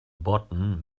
bottom